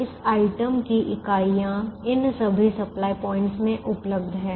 इस वस्तु की इकाइयाँ इन सभी सप्लाय पॉइंट में उपलब्ध हैं